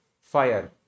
fire